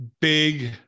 big